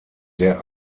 der